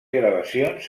gravacions